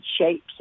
shapes